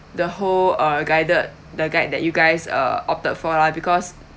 the whole uh guided the guide that you guys uh opted for lah because